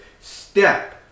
step